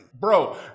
Bro